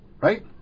right